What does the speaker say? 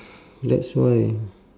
that's why